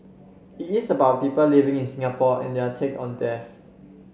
it is about people living in Singapore and their take on death